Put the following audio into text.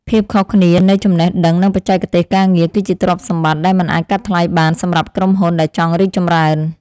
ភាពខុសគ្នានៃចំណេះដឹងនិងបច្ចេកទេសការងារ គឺជាទ្រព្យសម្បត្តិដែលមិនអាចកាត់ថ្លៃបានសម្រាប់ក្រុមហ៊ុនដែលចង់រីកចម្រើន។